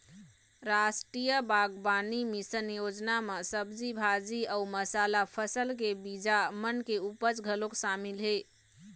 रास्टीय बागबानी मिसन योजना म सब्जी भाजी अउ मसाला फसल के बीजा मन के उपज घलोक सामिल हे